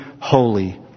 holy